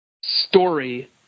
story